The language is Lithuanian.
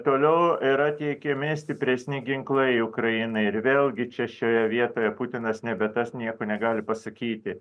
toliau yra tiekiami stipresni ginklai ukrainai ir vėlgi čia šioje vietoje putinas nebe tas nieko negali pasakyti